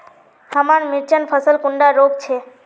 हमार मिर्चन फसल कुंडा रोग छै?